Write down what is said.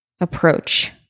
approach